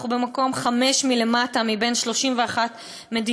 אנחנו במקום חמישי מלמטה בין 31 מדינות.